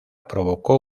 provocó